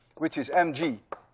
which is mg